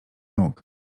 nóg